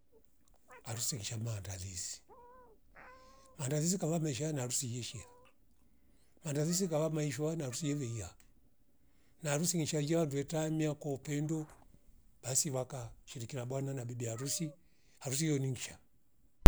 Harusi ngisa maandalizi maandalizi kava mesha na harusi yeshia maandili kava maishwa na harusi yeve hia na harusi ngeshia iya ndwetamia kwa upendo basi waka shiriki na bwana na bibi harusi harusi iyo ningisha